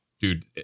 dude